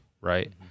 right